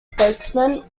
spokesman